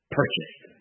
purchased